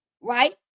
right